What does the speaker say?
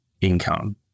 income